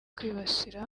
kwibasira